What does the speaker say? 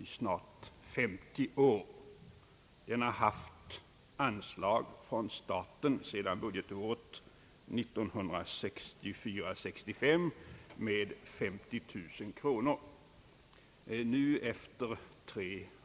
i snart 50 år. Från budgetåret 1964/65 har tidningen haft anslag av staten med 50 000 kronor per år.